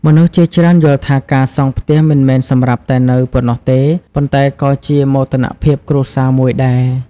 មនុស្សជាច្រើនយល់ថា ការសង់ផ្ទះមិនមែនសម្រាប់តែនៅប៉ុណ្ណោះទេ ប៉ុន្តែក៏ជាមោទនភាពគ្រួសារមួយដែរ។